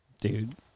Dude